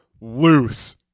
loose